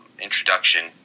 introduction